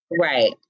Right